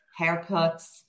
haircuts